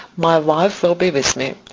my wife will be with me.